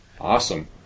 Awesome